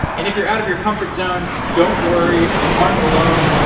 and if you're out of your comfort zone, don't worry, you aren't alone.